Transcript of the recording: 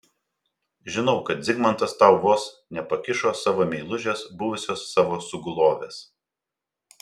žinau kad zigmantas tau vos nepakišo savo meilužės buvusios savo sugulovės